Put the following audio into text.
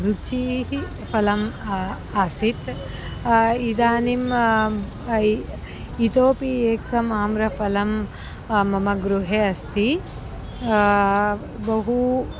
रुचेः फलम् आसीत् इदानीम् इतोपि एकम् आम्रफलं मम गृहे अस्ति बहूनि